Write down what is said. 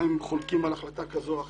גם אם חולקים על החלטה כזאת או אחרת,